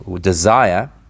desire